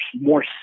more